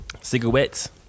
Cigarettes